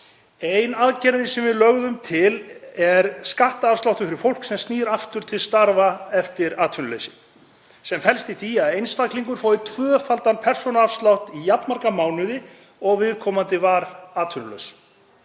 Ein aðgerðin sem við lögðum til er skattafsláttur fyrir fólk sem snýr aftur til starfa eftir atvinnuleysi sem felst í því að einstaklingur fái tvöfaldan persónuafslátt í jafn marga mánuði og viðkomandi var atvinnulaus.